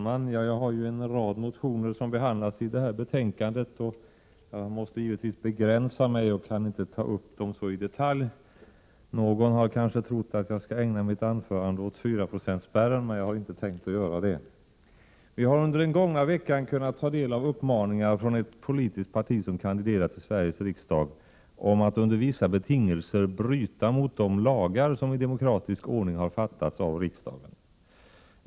Herr talman! Jag har en rad motioner som behandlas i detta betänkande, och jag måste givetvis begränsa mig och inte ta upp dessa motioner i detalj. Någon har kanske trott att jag skall ägna mitt anförande åt 4-procentsspärren, men det har jag inte tänkt göra. Vi har under den gångna veckan kunnat ta del av uppmaningar från ett politiskt parti som kandiderar till Sveriges riksdag om att under vissa betingelser bryta mot de lagar som i demokratisk ordning har fattats av riksdagen.